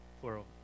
Plural